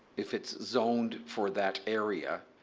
if it's zoned for that area,